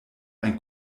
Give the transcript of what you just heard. ein